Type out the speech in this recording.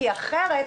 כי אחרת,